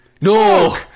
No